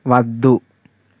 వద్దు